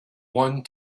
one